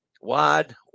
wide